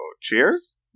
cheers